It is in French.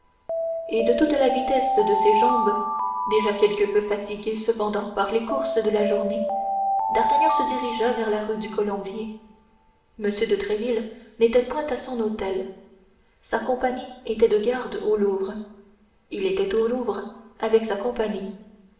et de toute la vitesse de ses jambes déjà quelque peu fatiguées cependant par les courses de la journée d'artagnan se dirigea vers la rue du colombier m de tréville n'était point à son hôtel sa compagnie était de garde au louvre il était au louvre avec sa compagnie